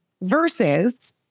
versus